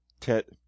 Tet